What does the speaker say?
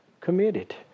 committed